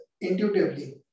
intuitively